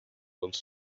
dels